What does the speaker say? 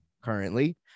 currently